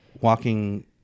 walking